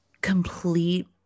complete